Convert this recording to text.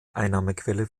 einnahmequelle